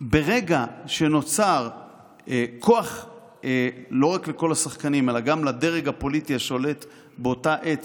ברגע שנוצר כוח לא רק לכל השחקנים אלא גם לדרג הפוליטי השופט באותה עת,